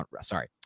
sorry